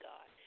God